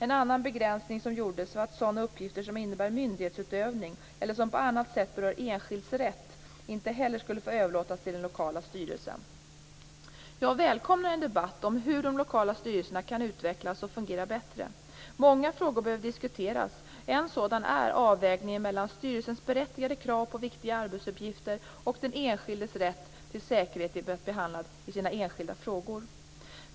En annan begränsning som gjordes var att sådana uppgifter som innebär myndighetsutövning eller som på annat sätt berör enskilds rätt inte heller skulle få överlåtas till den lokala styrelsen. Jag välkomnar en debatt om hur de lokala styrelserna kan utvecklas och fungera bättre. Många frågor behöver diskuteras. En sådan är avvägningen mellan styrelsens berättigade krav på viktiga arbetsuppgifter och den enskildes rätt till säkerhet vid behandling av individuella elevfrågor.